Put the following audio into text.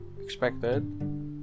expected